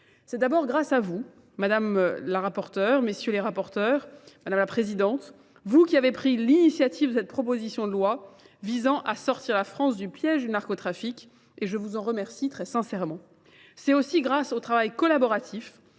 C'est d'abord grâce à vous, madame la rapporteure, messieurs les rapporteurs, madame la présidente, vous qui avez pris l'initiative de cette proposition de loi visant à sortir la France du piège du narcotrafique et je vous en remercie très sincèrement. C'est aussi grâce au travail collaboratif